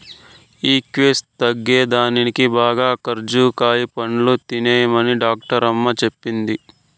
weakness తగ్గేదానికి బాగా ఖజ్జూర పండ్లు తినమనే డాక్టరమ్మ చెప్పింది